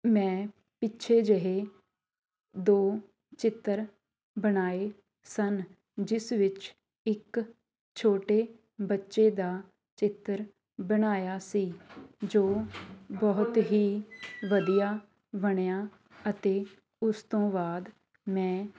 ਮੈਂ ਪਿੱਛੇ ਜਿਹੇ ਦੋ ਚਿੱਤਰ ਬਣਾਏ ਸਨ ਜਿਸ ਵਿੱਚ ਇੱਕ ਛੋਟੇ ਬੱਚੇ ਦਾ ਚਿੱਤਰ ਬਣਾਇਆ ਸੀ ਜੋ ਬਹੁਤ ਹੀ ਵਧੀਆ ਬਣਿਆ ਅਤੇ ਉਸ ਤੋਂ ਬਾਅਦ ਮੈਂ